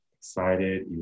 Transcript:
excited